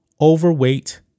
overweight